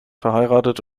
verheiratet